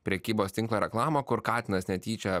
prekybos tinklo reklamą kur katinas netyčia